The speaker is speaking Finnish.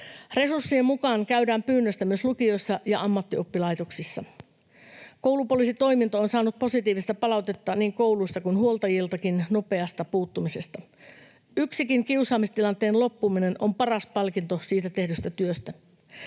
Resurssien mukaan käydään pyynnöstä myös lukioissa ja ammattioppilaitoksissa. Koulupoliisitoiminta on saanut positiivista palautetta, niin koulusta kuin huoltajiltakin, nopeasta puuttumisesta. Yksikin kiusaamistilanteen loppuminen on paras palkinto siitä tehdystä työstä.